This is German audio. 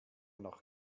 noch